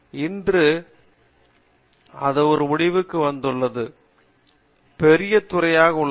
இன்று அது ஒரு முடிவுக்கு உள்ளது என்று பெரிய துறையில் உள்ளது